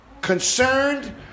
Concerned